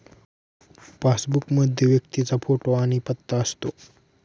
passbook मध्ये व्यक्तीचा photo आणि पत्ता असतो